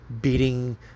beating